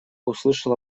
услышала